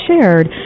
shared